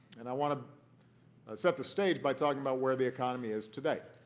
and i want to set the stage by talking about where the economy is today.